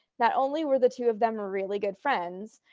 not only were the two of them are really good friends,